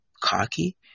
cocky